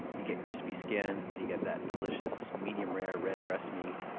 you get crispy skin and you get that delicious, medium-rare, red breast meat.